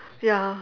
ya